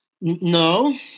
No